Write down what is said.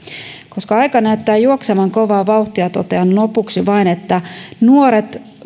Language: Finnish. koska aika näyttää juoksevan kovaa vauhtia totean lopuksi vain että nuoret